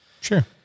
Sure